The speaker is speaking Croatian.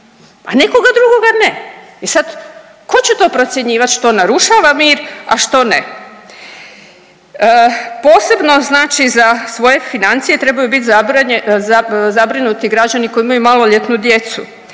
a nekoga drugoga ne. I sad tko će to procjenjivati što narušava mir, a što ne. Posebno znači za svoje financije trebaju biti zabrinuti građani koji imaju maloljetnu djecu.